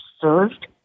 served